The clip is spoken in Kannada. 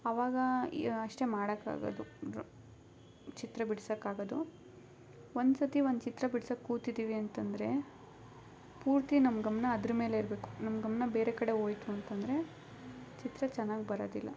ಅವಾಗ ಅಷ್ಟೆ ಮಾಡೋಕ್ಕಾಗೋದು ಡ್ರೊ ಚಿತ್ರ ಬಿಡ್ಸೋಕ್ಕಾಗೋದು ಒಂದ್ಸತಿ ಒಂದು ಚಿತ್ರ ಬಿಡ್ಸಕ್ಕೆ ಕೂತಿದ್ದೀವಿ ಅಂತಂದರೆ ಪೂರ್ತಿ ನಮ್ಮ ಗಮನ ಅದ್ರ ಮೇಲೆ ಇರಬೇಕು ನಮ್ಮ ಗಮನ ಬೇರೆ ಕಡೆ ಹೋಯ್ತು ಅಂತಂದರೆ ಚಿತ್ರ ಚೆನ್ನಾಗಿ ಬರೋದಿಲ್ಲ